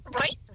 Right